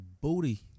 booty